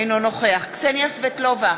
אינו נוכח קסניה סבטלובה,